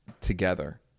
together